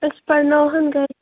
اَسہِ پَرٕناوہوٗن گَرِ